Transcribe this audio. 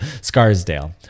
Scarsdale